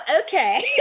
okay